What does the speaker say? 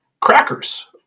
crackers